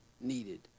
needed